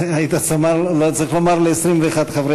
אדוני.